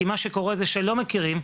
כי מה שקורה זה שלא מכירים,